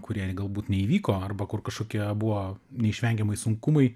kurie galbūt neįvyko arba kur kažkokie buvo neišvengiamai sunkumai